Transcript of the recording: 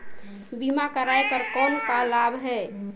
बीमा कराय कर कौन का लाभ है?